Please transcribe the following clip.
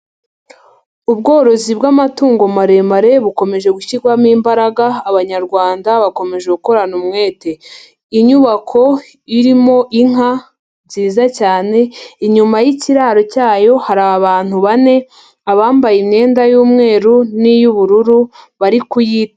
Ubworozi bw'amatungo maremare bukomeje gushyirwamo imbaraga, abanyarwanda bakomeje gukorana umwete, inyubako irimo inka nziza cyane, inyuma y'ikiraro cyayo hari abantu bane abambaye imyenda y'umweru n'iy'ubururu bari kuyitaho.